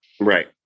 Right